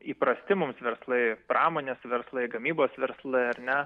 įprasti mums verslai pramonės verslai gamybos verslai ar ne